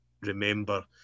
remember